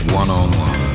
one-on-one